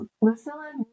Lucilla